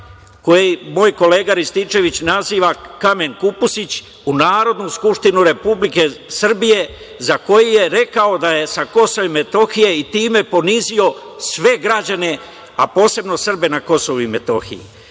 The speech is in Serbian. koji moj kolega Rističević naziva kamen kupusić, u Narodnu skupštinu Republike Srbije za koji je rekao da je sa KiM i time ponizio sve građane, a posebno Srbe na KiM? Da li